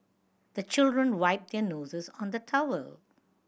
the children wipe their noses on the towel